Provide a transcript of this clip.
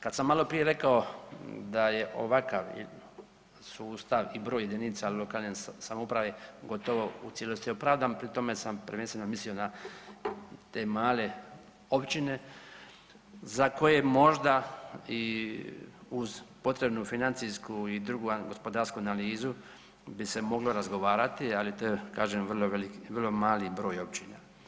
Kad sam maloprije rekao da je ovakav sustav i broj jedinica lokalne samouprave gotovo u cijelosti opravdan, pri tome sam prvenstveno mislio na te male općine za koje možda i uz potrebnu financijsku i gospodarsku analizu bi se moglo razgovarati, ali kažem to je vrlo mali broj općina.